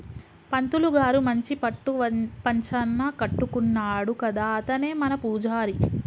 పంతులు గారు మంచి పట్టు పంచన కట్టుకున్నాడు కదా అతనే మన పూజారి